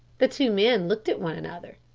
the two men looked at one another.